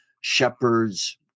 shepherds